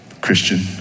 Christian